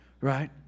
right